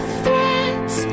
threats